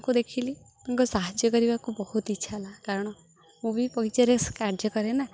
ତାଙ୍କୁ ଦେଖିଲି ତାଙ୍କ ସାହାଯ୍ୟ କରିବାକୁ ବହୁତ ଇଚ୍ଛା ହେଲା କାରଣ ମୁଁ ବି ବଗିଚାରେ କାର୍ଯ୍ୟ କରେ ନା